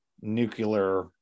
nuclear